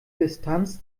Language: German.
distanz